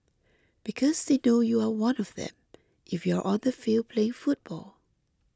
because they know you are one of them if you are on the field playing football